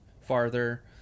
farther